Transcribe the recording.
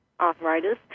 arthritis